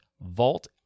vault